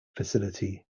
facility